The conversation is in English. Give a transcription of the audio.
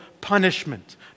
punishment